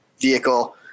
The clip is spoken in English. Vehicle